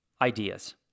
ideas